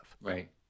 Right